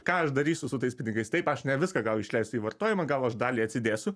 ką aš darysiu su tais pinigais taip aš ne viską gal išleisiu į vartojimą gal aš dalį atsidėsiu